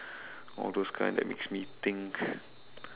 all those kind that makes me think